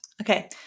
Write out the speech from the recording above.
Okay